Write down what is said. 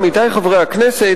עמיתי חברי הכנסת,